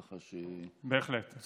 ככה, בהחלט.